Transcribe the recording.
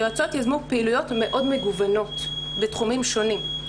היועצות יזמו פעילויות מגוונות מאוד בתחומים שונים.